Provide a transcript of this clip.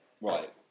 Right